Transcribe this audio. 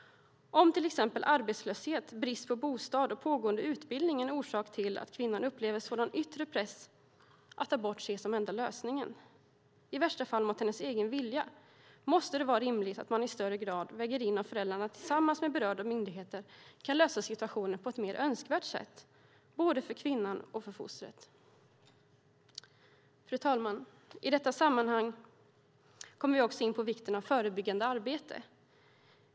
Om till exempel arbetslöshet, brist på bostad eller pågående utbildning är orsak till att kvinnan upplever en sådan yttre press att abort ses som enda lösningen, i värsta fall mot hennes egen vilja, måste det vara rimligt att man i större grad väger in om föräldrarna tillsammans med berörda myndigheter kan lösa situationen på ett mer önskvärt sätt, både för kvinnan och för fostret. Fru talman! I detta sammanhang kommer vi också in på vikten av förebyggande arbete.